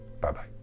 Bye-bye